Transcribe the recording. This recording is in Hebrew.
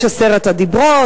יש עשרת הדיברות,